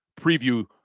preview